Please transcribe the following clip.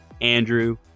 andrew